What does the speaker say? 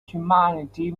humanity